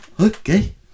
Okay